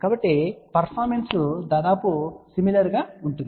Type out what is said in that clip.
కాబట్టి పర్ఫామెన్స్ దాదాపు సిమిలర్ గా ఉంటుంది